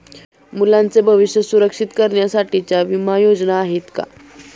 मुलांचे भविष्य सुरक्षित करण्यासाठीच्या विमा योजना आहेत का?